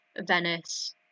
venice